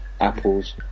Apple's